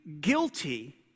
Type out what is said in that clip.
guilty